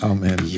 Amen